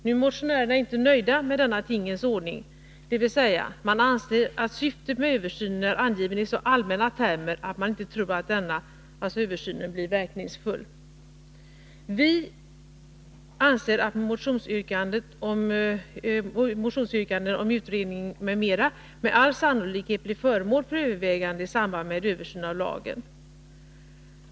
Nu är motionärerna inte nöjda med denna tingens ordning, dvs. man anser att syftet med översynen är angivet i så allmänna termer att man inte tror att översynen blir verkningsfull. Vi anser att motionsyrkandena om utredning m.m. med all sannolikhet blir föremål för överväganden i samband med översynen av lagen.